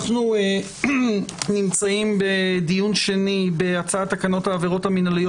אנחנו נמצאים בדיון שני בהצעת תקנות העבירות המינהליות